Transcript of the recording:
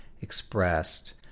expressed